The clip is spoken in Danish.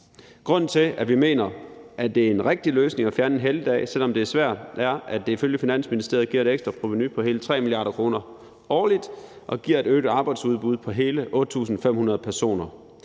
Grunden til, at vi mener, at det er en rigtig løsning at fjerne en helligdag, selv om det er svært, er, at det ifølge Finansministeriet giver et ekstra provenu på hele 3 mia. kr. årligt og giver et øget arbejdsudbud på hele 8.500 personer.